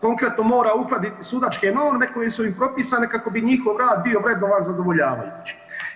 Konkretno mora uhvatiti sudačke norme koje su im propisane kako bi njihov rad bio vrednovan zadovoljavajući.